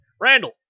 Randall